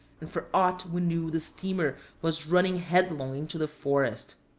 and for aught we knew the steamer was running headlong into the forest.